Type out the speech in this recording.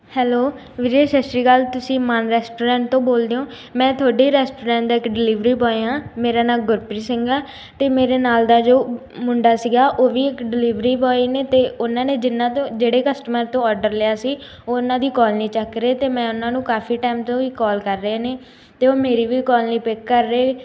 hello ਵੀਰੇ ਸਤਿ ਸ਼੍ਰੀ ਅਕਾਲ ਤੁਸੀਂ Maan restaurant ਤੋਂ ਬੋਲਦੇ ਹੋ ਮੈਂ ਤੁਹਾਡੇ ਰੈਸਟੋਰੈਂਟ ਦਾ ਇੱਕ ਡਿਲੀਵਰੀ ਬੋਆਏ ਹਾਂ ਮੇਰਾ ਨਾਂ ਗੁਰਪ੍ਰੀਤ ਸਿੰਘ ਹੈ ਅਤੇ ਮੇਰੇ ਨਾਲ ਦਾ ਜੋ ਮੁੰਡਾ ਸੀਗਾ ਉਹ ਵੀ ਇੱਕ ਡਿਲੀਵਰੀ ਬੋਆਏ ਨੇ ਅਤੇ ਉਨ੍ਹਾਂ ਨੇ ਜਿੰਨ੍ਹਾਂ ਤੋਂ ਜਿਹੜੇ ਕਸਟਮਰ ਤੋਂ ਆਡਰ ਲਿਆ ਸੀ ਉਹ ਉਨ੍ਹਾਂ ਦੀ ਕੌਲ ਨਹੀਂ ਚੁੱਕ ਰਹੇ ਅਤੇ ਮੈਂ ਉਨ੍ਹਾਂ ਨੂੰ ਕਾਫ਼ੀ ਟਾਈਮ ਤੋਂ ਹੀ ਕੌਲ ਕਰ ਰਹੇ ਨੇ ਅਤੇ ਉਹ ਮੇਰੀ ਵੀ ਕੌਲ ਨਹੀਂ ਪਿੱਕ ਕਰ ਰਹੇ